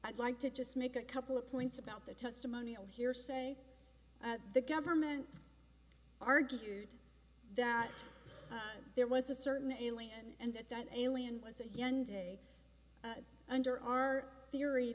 i'd like to just make a couple of points about the testimonial hearsay the government argued that there was a certain alien and that that alien was a young and under our theory